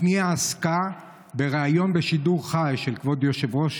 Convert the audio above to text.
הפנייה עסקה בריאיון בשידור חי של כבוד יושב-ראש